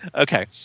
okay